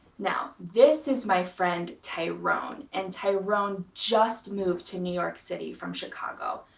now, this is my friend tyrone, and tyrone just moved to new york city from chicago.